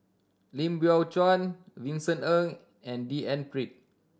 Lim Biow Chuan Vincent Ng and D N Pritt